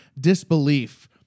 disbelief